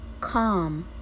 calm